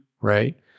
right